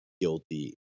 guilty